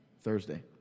Thursday